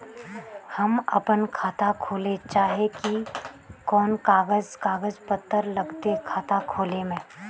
हम अपन खाता खोले चाहे ही कोन कागज कागज पत्तार लगते खाता खोले में?